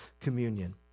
Communion